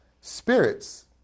Spirits